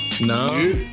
No